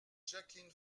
jacqueline